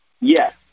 Yes